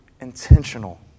intentional